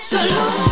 Salute